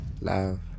love